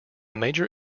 major